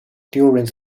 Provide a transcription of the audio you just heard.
during